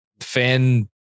fan